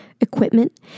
equipment